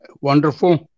Wonderful